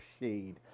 shade